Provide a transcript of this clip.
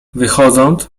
wychodząc